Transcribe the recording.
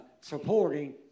supporting